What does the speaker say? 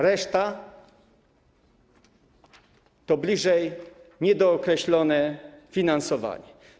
Reszta to bliżej niedookreślone finansowanie.